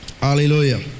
Hallelujah